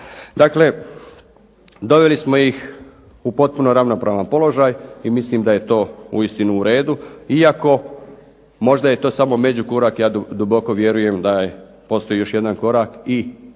Dakle doveli smo ih u potpuno ravnopravan položaj i mislim da je to uistinu u redu, iako možda je to samo međukorak, ja duboko vjerujem da postoji još jedan korak i da